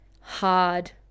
hard